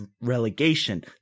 relegation